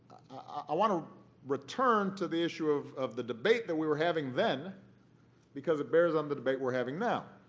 i want to return to the issue of of the debate that we were having then because it bears on the debate we're having now.